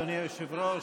אדוני היושב-ראש,